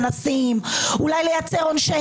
בנושא